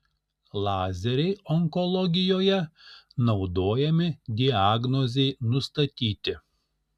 lazeriai onkologijoje naudojami diagnozei nustatyti